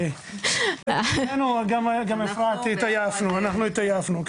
גם אפרת, התעייפנו, אנחנו התעייפנו.